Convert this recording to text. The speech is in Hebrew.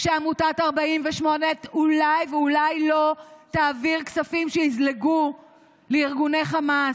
כשעמותת 48 אולי לא תעביר כספים שיזלגו לארגוני חמאס.